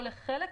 יכול להיות